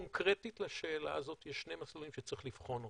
קונקרטית לשאלה הזאת יש שני מסלולים שצריך לבחון אותם: